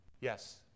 yes